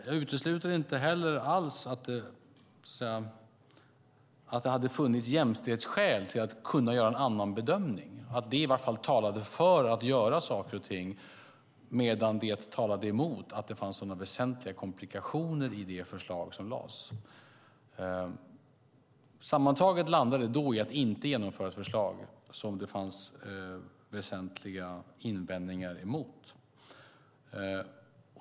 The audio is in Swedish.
Jag utesluter inte alls att det hade funnits jämställdhetsskäl att göra en annan bedömning, att det i varje fall talade för att göra saker och ting, medan det faktum talade emot att det fanns väsentliga komplikationer i det förslag som lades fram. Sammantaget landade vi då i att inte genomföra ett förslag som det fanns så stora invändningar emot.